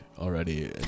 Already